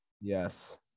yes